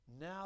Now